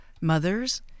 mothers